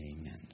Amen